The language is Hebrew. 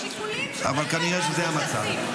אבל כנראה שזה המצב.